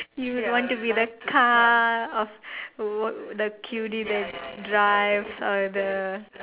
you would want to be the car of what the cutie that drives out of the